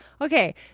Okay